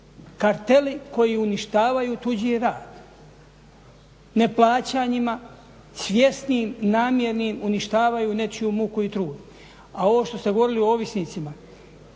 karteli koji uništavaju tuđi rad neplaćanjima, svjesnim namjernim uništavaju nečiju muku i trud. A ovo što ste govorili o ovisnicima,